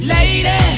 Lady